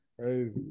Crazy